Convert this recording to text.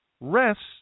rests